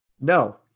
No